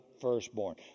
firstborn